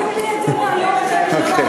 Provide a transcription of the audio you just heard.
אומרים לי את זה כבר, אוקיי.